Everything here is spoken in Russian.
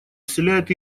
вселяет